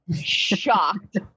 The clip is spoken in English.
shocked